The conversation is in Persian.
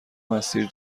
مسیر